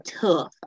tough